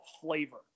flavor